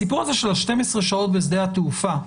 הסיפור הזה של ה-12 שעות בשדה התעופה,